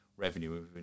revenue